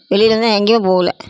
வெளிலலாம் எங்கேயிமே போகல